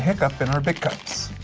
hiccup in our big cups.